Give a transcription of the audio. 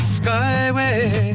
skyway